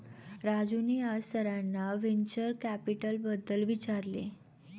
राजूने आज सरांना व्हेंचर कॅपिटलबद्दल विचारले